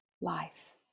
life